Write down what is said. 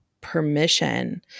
permission